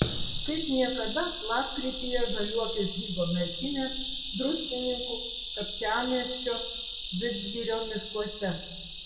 kaip niekada lapkrityje žaliuokės dygo merkinės druskininkų kapčiamiesčio vidzgirio miškuose